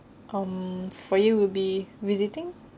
um for you will be visiting